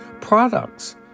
products